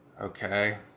Okay